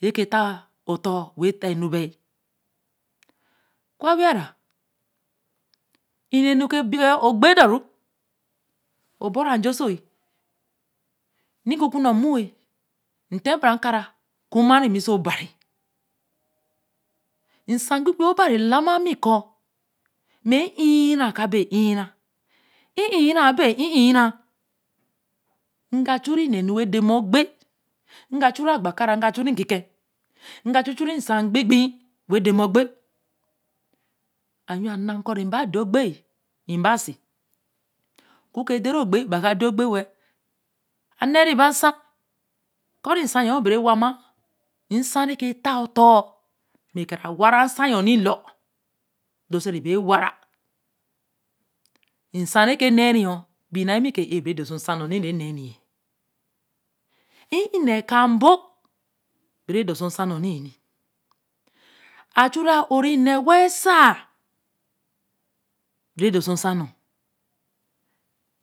Re ke ta oton wen ta enubee ru o bot nēe kōo ogbe dor o mon, nte bara nka ra ku more mi oso obari nsan pei-pei obari la ma mi ku mme ein̄ā ra ka be inō ra inmn abe ininn ra ya chu ra nā nu wa de ma ogpe, eya chure a gwe kera eya chure n ki kēe, ega chu chure nsa pei-pei wen de ma ogpe, a yōo a na koo re be den ogpe, basi oku ke de re ogpe, ba kāa de ogpe we-l a nēe re ba nsan, kure nsan you nni bēa wama nsan ra ta oton maka ra ware nsan yoo nni tor do se re bea wa ra, nsa re ke nēe yōo, bi nāa mi kōo ēar dor so nsa re nēe nre, ē nēe ka nbor bere do so nsa nno nni-a-achuu ā ō re nēe wey esāa bere do so nsa nu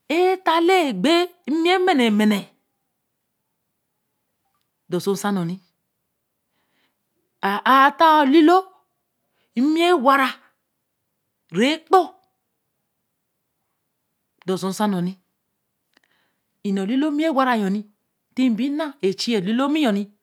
etta lēe epee m̄mi emehemene do so san nu, a-a ttaa o liloo mmi ewara re kpo, dososan nuni enee lilōo m̄mi wara yoyi tibina echii o liloo m̄mi yo.